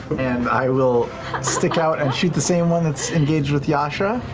and i will stick out and shoot the same one that's engaged with yasha.